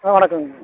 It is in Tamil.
ஆ வணக்கங்கமா